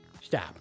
stop